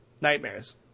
nightmares